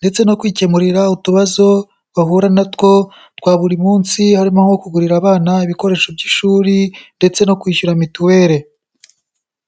ndetse no kwikemurira utubazo bahura natwo twa buri munsi, harimo nko kugurira abana ibikoresho by'ishuri, ndetse no kwishyura mituweli.